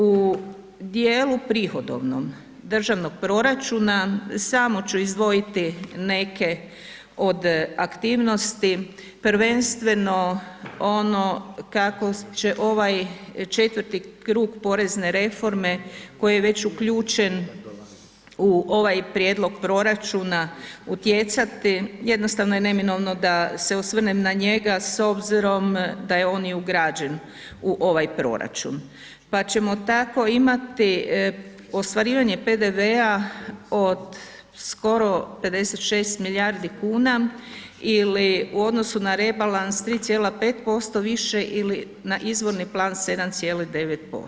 U dijelu prihodovnom državnog proračuna samo ću izdvojiti neke od aktivnosti, prvenstveno ono kako će ovaj 4. krug porezne reforme koji je već uključen u ovaj prijedlog proračuna utjecati, jednostavno je neminovno da se osvrnem na njega s obzirom da je on i ugrađen u ovaj proračun pa ćemo tako imati ostvarivanje PDV-a od skoro 56 milijardi kuna ili u odnosu na rebalans 3,5% više ili na izvorni plan 7,9%